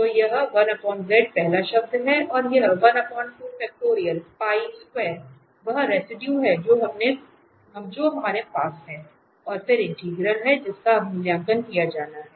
तो यह पहला शब्द है और यह वह रेसिडुए है जो हमारे पास है और फिर इंटीग्रल है जिसका अब मूल्यांकन किया जाना है